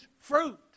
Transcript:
fruit